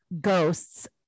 Ghosts